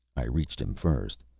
i reached him first,